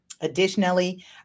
Additionally